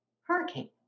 Hurricane